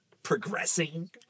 progressing